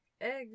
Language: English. eggs